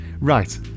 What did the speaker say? right